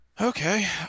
Okay